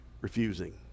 refusing